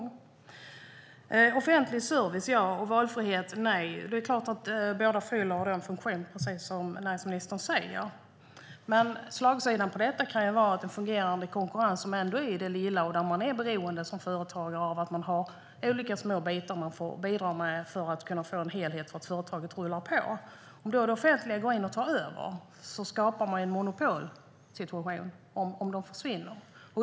Beträffande offentlig service och valfrihet: Det är klart att båda fyller en funktion, precis som näringsministern säger. Men slagsidan kan gälla en fungerande konkurrens i det lilla, där man som företagare är beroende av att man har olika små bitar man får bidrag till, för att kunna få en helhet så att företaget rullar på. Om det offentliga då går in och tar över skapar man en monopolsituation, och de här företagen försvinner.